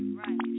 right